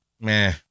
Meh